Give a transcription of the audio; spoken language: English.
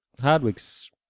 Hardwick's